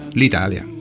l'Italia